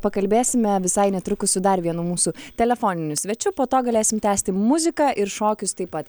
pakalbėsime visai netrukus su dar vienu mūsų telefoniniu svečiu po to galėsim tęsti muziką ir šokius taip pat